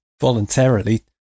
Voluntarily